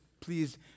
please